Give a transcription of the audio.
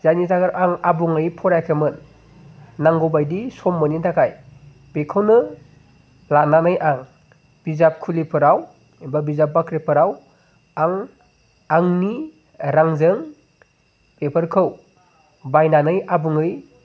जायनि थाखाय आं आंबुङै फरायाखैमोन नांगौबायदि सम मोनिनि थाखाय बेखौनो लानानै आं बिजाबखुलिफोराव एबा बिजाब बाख्रिफोराव आं आंनि रांजों बेफोरखौ बायनानै आबुङै